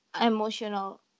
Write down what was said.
emotional